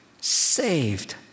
saved